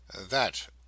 That